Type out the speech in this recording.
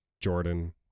Jordan